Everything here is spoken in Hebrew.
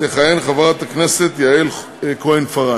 תכהן חברת הכנסת יעל כהן-פארן.